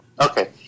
Okay